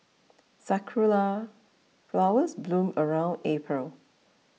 sakura flowers bloom around April